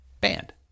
band